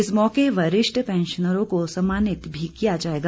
इस मौके वरिष्ठ पैंशनरों को सम्मानित भी किया जाएगा